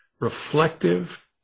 reflective